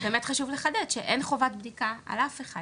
באמת חשוב לחדד שאין חובת בדיקה על אף אחד.